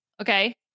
Okay